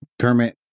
Kermit